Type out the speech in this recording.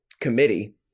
committee